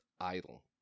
idle